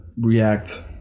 react